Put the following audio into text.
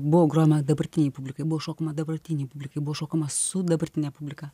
buvo grojama dabartinei publikai buvo šokama dabartinei publikai buvo šokama su dabartine publika